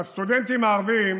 והסטודנטים הערבים